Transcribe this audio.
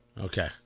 Okay